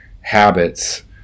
habits